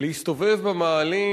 להסתובב במאהלים,